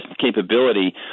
capability